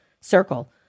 circle